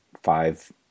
five